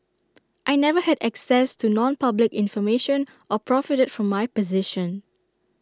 I never had access to nonpublic information or profited from my position